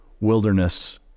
wilderness